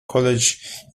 college